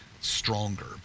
stronger